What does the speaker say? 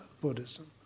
Buddhism